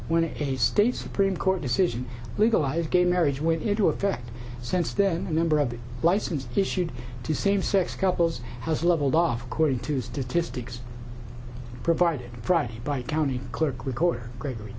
when a state supreme court decision legalized gay marriage went into effect since then a number of the license issued to same sex couples has leveled off according to statistics provided friday by county clerk recorder gregory